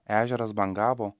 ežeras bangavo